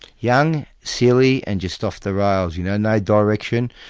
young, silly, and just off the rails you know, no direction.